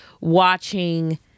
watching